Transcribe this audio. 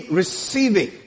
receiving